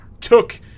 took